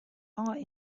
are